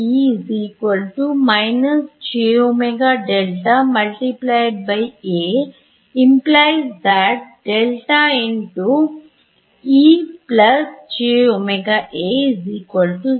সুতরাং এখন কি হবে